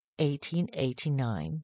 1889